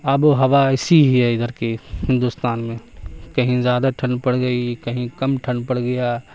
آب و ہوا ایسی ہی ہے ادھر کی ہندوستان میں کہیں زیادہ ٹھنڈ پڑ گئی کہیں کم ٹھنڈ پڑ گیا